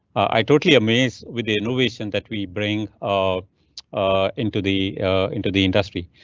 i totally amaze with innovation that we bring. um ah into the into the industry.